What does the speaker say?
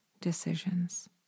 decisions